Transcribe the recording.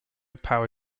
power